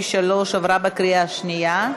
53) עברה בקריאה השנייה.